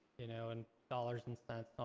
you know in dollars and cents,